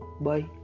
Bye